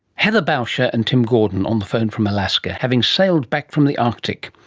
heather bauscher and tim gordon on the phone from alaska, having sailed back from the arctic.